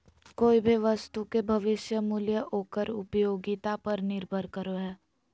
कोय भी वस्तु के भविष्य मूल्य ओकर उपयोगिता पर निर्भर करो हय